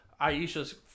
Aisha's